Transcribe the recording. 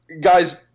guys